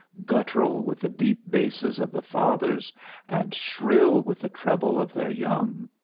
guttural with the deep basses of the fathers and shrill with the trebles of their young?